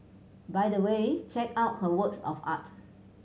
by the way check out her works of art